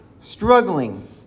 struggling